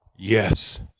Yes